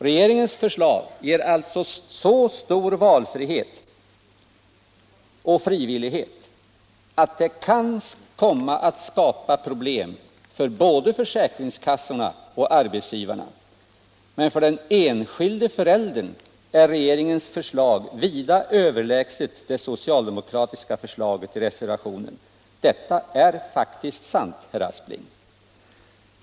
Regeringens förslag ger alltså så stor valfrihet och frivillighet att det kan komma att skapa problem för både försäkringskassorna och arbetsgivarna. Men för den enskilde föräldern är regeringens förslag vida överlägset det socialdemokratiska förslaget i reservationen. Detta är faktiskt sant, herr Aspling.